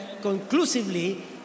conclusively